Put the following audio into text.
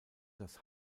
das